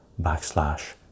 backslash